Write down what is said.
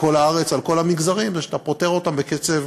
בכל הארץ, בכל המגזרים, זה שאתה פותר אותן בקצב